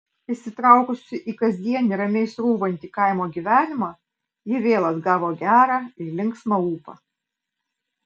įsitraukusi į kasdienį ramiai srūvantį kaimo gyvenimą ji vėl atgavo gerą ir linksmą ūpą